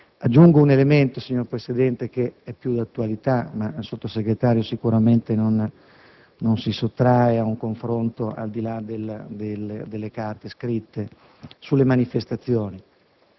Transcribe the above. Aggiungo un elemento, signor Presidente, che è più attuale e su cui il Sottosegretario non si sottrarrà ad un confronto, al di là delle carte scritte, cioè sulle manifestazioni.